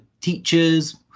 teachers